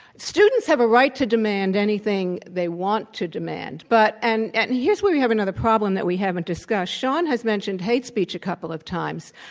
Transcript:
students have a right to demand anything they want to demand. but and and here's where we have another problem that we haven't discussed. shaun has mentioned hate speech a couple of times.